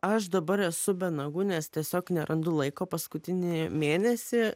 aš dabar esu be nagų nes tiesiog nerandu laiko paskutinį mėnesį